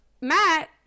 Matt